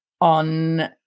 on